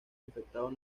infectados